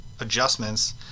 adjustments